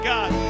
God